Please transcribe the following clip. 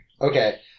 Okay